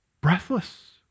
breathless